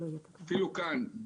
אפילו כאן,